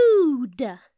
food